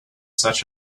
such